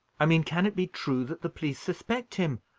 i mean, can it be true that the police suspect him?